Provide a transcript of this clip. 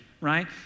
right